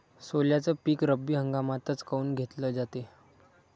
सोल्याचं पीक रब्बी हंगामातच काऊन घेतलं जाते?